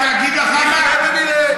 אני אגיד לך, נחיה ונראה.